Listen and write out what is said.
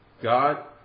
God